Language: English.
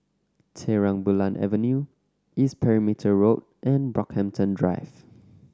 Terang Bulan Avenue East Perimeter Road and Brockhampton Drive